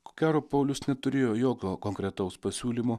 ko gero paulius neturėjo jokio konkretaus pasiūlymo